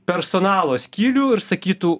personalo skyrių ir sakytų